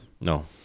No